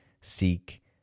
seek